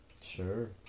sure